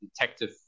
detective